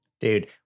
Dude